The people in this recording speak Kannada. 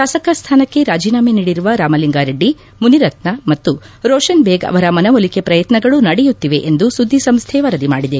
ಶಾಸಕ ಸ್ಥಾನಕ್ಕೆ ರಾಜೀನಾಮೆ ನೀಡಿರುವ ರಾಮಲಿಂಗಾ ರೆಡ್ಡಿ ಮುನಿರತ್ನ ಮತ್ತು ರೋಷನ್ ಬೇಗ್ ಅವರ ಮನವೊಲಿಕೆ ಪಯತ್ನಗಳೂ ನಡೆಯುತ್ತಿವೆ ಎಂದು ಸುದ್ದಿ ಸಂಸ್ಥೆ ವರದಿ ಮಾಡಿದೆ